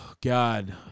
God